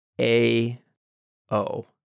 A-O